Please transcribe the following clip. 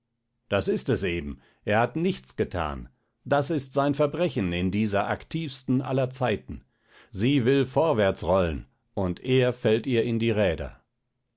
das ist es eben er hat nichts getan das ist sein verbrechen in dieser aktivsten aller zeiten sie will vorwärts rollen und er fällt ihr in die räder